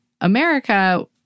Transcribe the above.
America